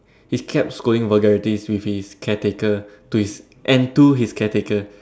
he kept going vulgarities with his caretakers and to his caretakers